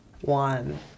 One